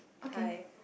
hi